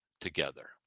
together